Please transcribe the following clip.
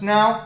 Now